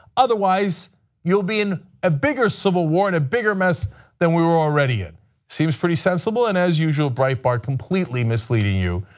otherwise you will be in a bigger civil war and a bigger mess than we were already in. seems very sensible and as usual, breitbart completely misleading you.